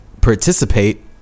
participate